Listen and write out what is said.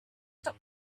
stop